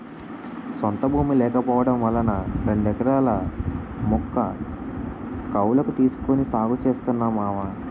సొంత భూమి లేకపోవడం వలన రెండెకరాల ముక్క కౌలకు తీసుకొని సాగు చేస్తున్నా మావా